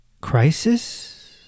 crisis